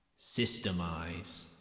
Systemize